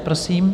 Prosím.